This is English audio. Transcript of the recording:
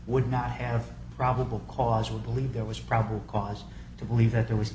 would not have probable cause we believe there was probable cause to believe that there was